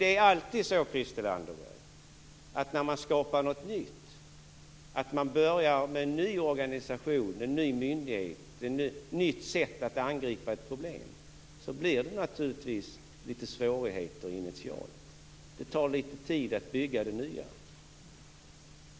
Det är alltid så, Christel Anderberg, att det blir litet svårigheter initialt när man skapar något nytt, när man börjar med en ny organisation, en ny myndighet, ett nytt sätt att angripa ett problem. Det tar litet tid att bygga det nya.